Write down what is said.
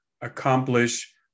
accomplish